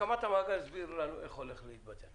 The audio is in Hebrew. הקמת המאגר, הסבירו לנו איך הולכת להתבצע.